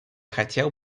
хотел